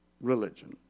religion